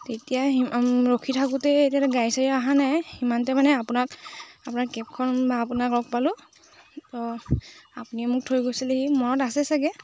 তেতিয়াি ৰখি থাকোঁতে এতিয়া গাড়ী চাৰি অহা নাই সিমানতে মানে আপোনাক আপোনাৰ কেবখন আপোনাক লগ পালোঁ ত আপুনি মোক থৈ গৈছিলেহি মনত আছে চাগে